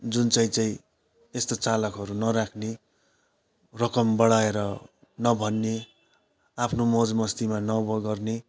जुनचाहिँ चाहिँ यस्तो चालकहरू नराख्ने रकम बढाएर नभन्ने आफ्नो मौज मस्तीमा नगर्ने